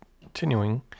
continuing